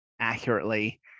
accurately